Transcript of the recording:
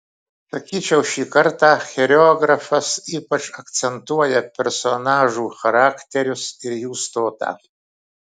sakyčiau šį kartą choreografas ypač akcentuoja personažų charakterius ir jų stotą